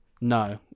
No